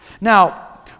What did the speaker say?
Now